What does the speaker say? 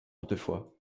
toutefois